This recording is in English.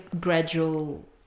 gradual